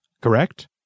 correct